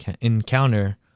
encounter